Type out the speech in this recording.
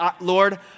Lord